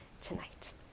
tonight